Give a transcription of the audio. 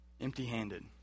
empty-handed